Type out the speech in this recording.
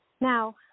Now